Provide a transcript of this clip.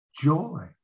Joy